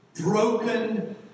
broken